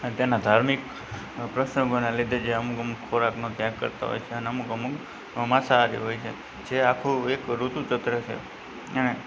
અને તેના ધાર્મિક પ્રસંગોના લીધે અમુક અમુક ખોરાકનો ત્યાગ કરતા હોય છે ને અમુક અમુક માંસાહારી હોય છે જે આખું એક ઋતુચક્ર છે અને